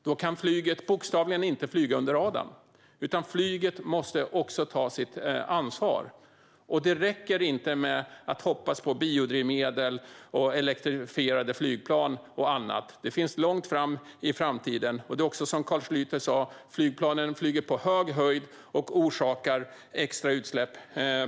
Då kan flyget bokstavligen inte flyga under radarn utan måste också ta sitt ansvar. Det räcker inte att hoppas på biodrivmedel, elektrifierade flygplan och annat. Detta ligger långt fram i framtiden, och det är också som Carl Schlyter sa: Flygplanen flyger på hög höjd och orsakar därmed extra utsläpp.